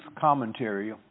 Commentary